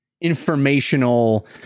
informational